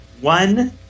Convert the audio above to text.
One